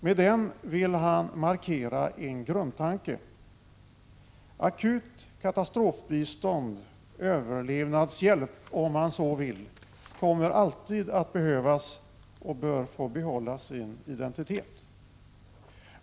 Med den vill han markera en grundtanke, nämligen att akut katastrofbistånd eller överlevnadshjälp, om man så vill, alltid kommer att behövas och bör få behålla sin identitet.